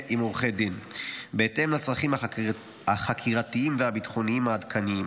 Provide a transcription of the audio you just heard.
עורכי דין בהתאם לצרכים החקירתיים והביטחוניים העדכניים.